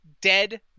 dead